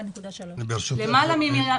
כלומר,